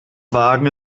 wagen